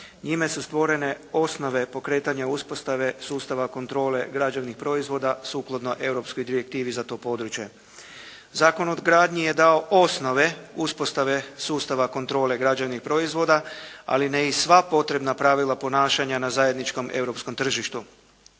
Njime su stvorene osnove pokretanja uspostave sustava kontrole građevnih proizvoda sukladno europskoj direktivi za to područje. Zakon o gradnji je dao osnove uspostave sustava kontrole građevnih proizvoda, ali ne i sva potrebna pravila ponašanja na zajedničkom europskom tržištu.